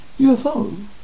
UFO